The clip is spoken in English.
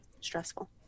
stressful